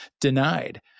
denied